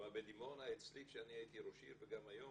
בדימונה אצלי כשאני הייתי ראש עיר וגם היום,